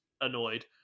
annoyed